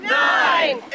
nine